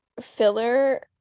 filler